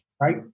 right